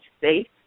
safe